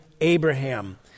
Abraham